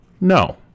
No